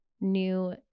new